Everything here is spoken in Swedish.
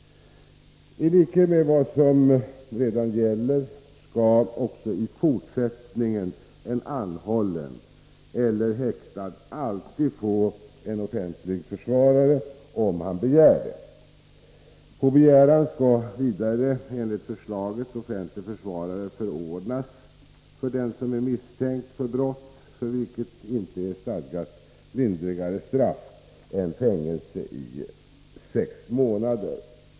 IT likhet med vad som redan gäller skall också i fortsättningen en anhållen eller häktad person alltid få en offentlig försvarare om han begär det. På begäran skall vidare enligt förslaget offentlig försvarare förordnas för den som är misstänkt för brott för vilket inte är stadgat lindrigare straff än fängelse i sex månader.